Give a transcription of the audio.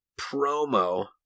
promo